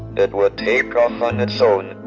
it would take off on its own.